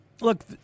Look